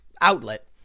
outlet